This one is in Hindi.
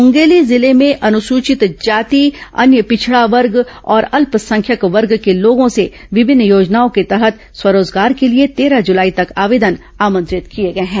मूंगेली जिले में अनुसूचित जाति अन्य पिछड़ा वर्ग और अल्पसंख्यक वर्ग के लोगों से विभिन्न योजनाओं के तहत स्व रोजगार के लिए तेरह जुलाई तक आवेदन आमंत्रित किए गए हैं